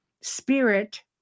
spirit